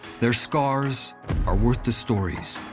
their scars are worth the stories,